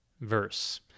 verse